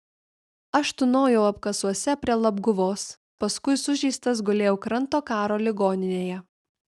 aš tūnojau apkasuose prie labguvos paskui sužeistas gulėjau kranto karo ligoninėje